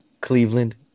Cleveland